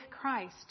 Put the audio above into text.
Christ